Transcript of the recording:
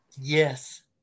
Yes